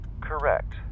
Correct